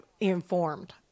informed